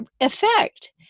effect